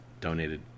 donated